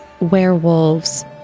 werewolves